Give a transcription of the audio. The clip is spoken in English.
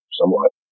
somewhat